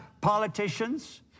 politicians